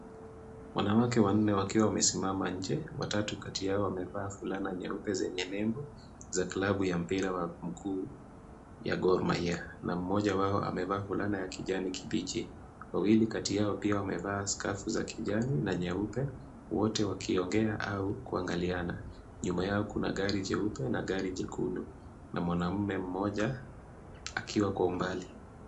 Wanawake wanne wakiwa wamesimama nje, watatu kati yao wamevaa fulana nyeupe zenye nembo za klabu ya mpira mkuu ya Gor Mahia na mmoja wao amevaa fulana ya kijani kibichi. Wawili kati yao pia wamevaa skafu za kijani na nyeupe, wote wakiongea au kuangaliana. Nyuma yao kuna gari jeupe na gari jekundu na mwanaume mmoja akiwa kwa umbali.